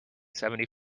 seventy